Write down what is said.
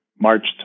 March